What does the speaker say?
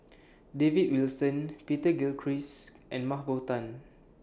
David Wilson Peter Gilchrist and Mah Bow Tan